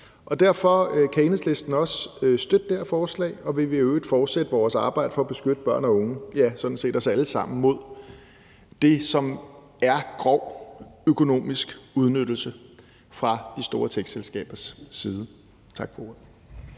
Derfor kan Enhedslisten også støtte det her forslag. Vi vil i øvrigt fortsætte vores arbejde for at beskytte børn og unge, og ja, sådan set os alle sammen, mod det, som er grov økonomisk udnyttelse fra de store techselskabers side. Tak for ordet.